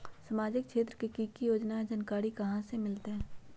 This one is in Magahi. सामाजिक क्षेत्र मे कि की योजना है जानकारी कहाँ से मिलतै?